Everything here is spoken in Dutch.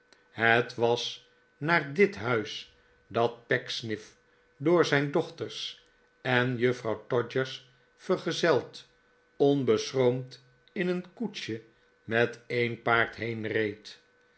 het was naar dit huis dat pecksniff door zijn dochters en juffrouw todgers vergezeld onbeschroomd in een koetsje met een